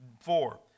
Four